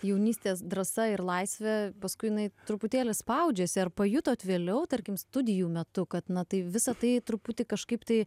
jaunystės drąsa ir laisvė paskui jinai truputėlį spaudžiasi ar pajutot vėliau tarkim studijų metu kad na tai visa tai truputį kažkaip tai